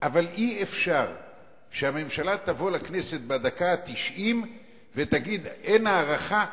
אבל אי-אפשר שהממשלה תבוא לכנסת בדקה התשעים ותגיד: אין הארכה,